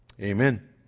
amen